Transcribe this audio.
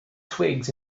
twigs